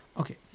Okay